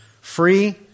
free